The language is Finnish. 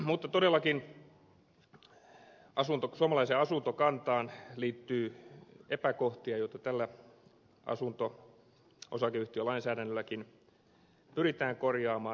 mutta todellakin suomalaiseen asuntokantaan liittyy epäkohtia joita tällä asunto osakeyhtiölainsäädännölläkin pyritään korjaamaan